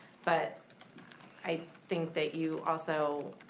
but i think that you also,